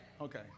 Okay